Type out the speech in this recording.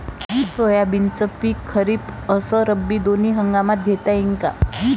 सोयाबीनचं पिक खरीप अस रब्बी दोनी हंगामात घेता येईन का?